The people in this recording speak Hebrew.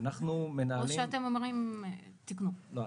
לא,